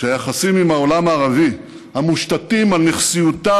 שהיחסים עם העולם הערבי המושתתים על נכסיותה